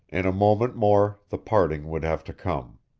in a moment more the parting would have to come.